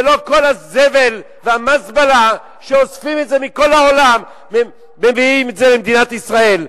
ולא כל הזבל והמזבלה שאוספים מכל העולם ומביאים למדינת ישראל.